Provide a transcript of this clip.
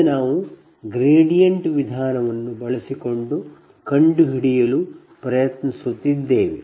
ಈಗ ನಾವು ಗ್ರೇಡಿಯಂಟ್ ವಿಧಾನವನ್ನು ಬಳಸಿಕೊಂಡು ಕಂಡುಹಿಡಿಯಲು ಪ್ರಯತ್ನಿಸುತ್ತಿದ್ದೇವೆ